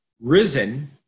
risen